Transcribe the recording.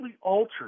altered